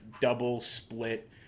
double-split